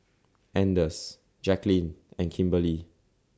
Anders Jackeline and Kimberly